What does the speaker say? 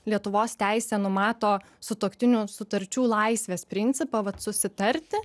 lietuvos teisė numato sutuoktinių sutarčių laisvės principą vat susitarti